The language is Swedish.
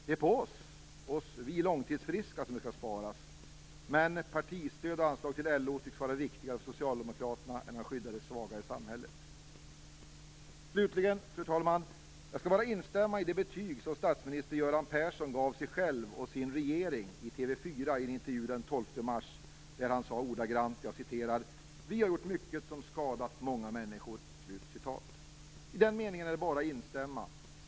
Det skall sparas på oss långtidsfriska. Men partistöd och anslag till LO tycks vara viktigare för Socialdemokraterna än att skydda de svaga i samhället. Fru talman! Jag skall bara instämma i det betyg statsminister Göran Persson gav sig själv och sin regering i TV 4 i en intervju den 12 mars. Han sade: "Vi har gjort mycket som skadat många människor." I den meningen är det bara att instämma.